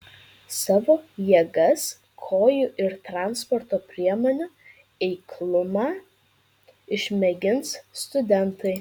savo jėgas kojų ir transporto priemonių eiklumą išmėgins studentai